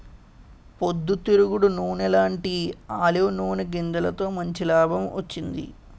పొద్దు తిరుగుడు నూనెలాంటీ ఆలివ్ నూనె గింజలతో మంచి లాభం వచ్చింది